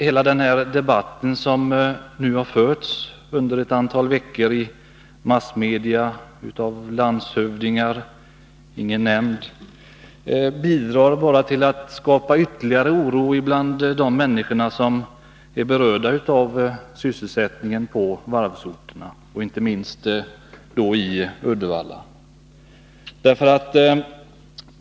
Hela den debatt som nu under ett antal veckor har förts i massmedia och av landshövdingar — ingen nämnd — bidrar bara till att skapa ytterligare oro bland de människor som är berörda av sysselsättningen på varvsorterna, då inte minst i Uddevalla.